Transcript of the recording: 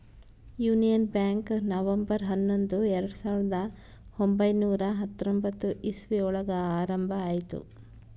union Bank November ಹನ್ನೊಂದು ಸಾವಿರದ ಒಂಬೈನುರ ಹತ್ತೊಂಬತ್ತು ಇಸ್ವಿ ಒಳಗ ಆರಂಭ ಆಯ್ತು